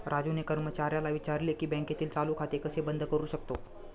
राजूने कर्मचाऱ्याला विचारले की बँकेतील चालू खाते कसे बंद करू शकतो?